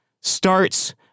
starts